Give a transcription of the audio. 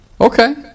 Okay